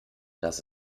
dass